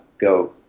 go